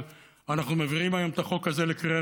אבל אנחנו מעבירים היום את החוק הזה בקריאה